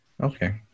okay